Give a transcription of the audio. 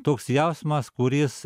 toks jausmas kuris